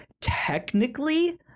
technically